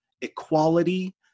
equality